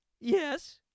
Yes